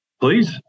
Please